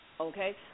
okay